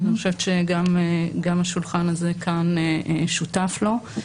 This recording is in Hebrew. אני חושבת שגם השולחן הזה כאן שותף לו.